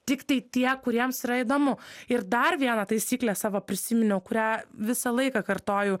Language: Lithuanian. tiktai tie kuriems yra įdomu ir dar vieną taisyklę savo prisiminiau kurią visą laiką kartoju